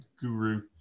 guru